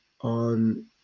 on